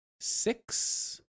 six